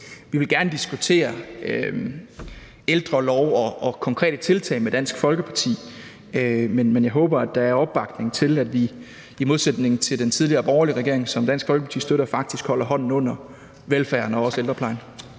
Vi vil gerne diskutere en ældrelov og konkrete tiltag med Dansk Folkeparti, men jeg håber, at der er opbakning til, at vi i modsætning til den tidligere borgerlige regering, som Dansk Folkeparti støttede, faktisk holder hånden under velfærden og også ældreplejen.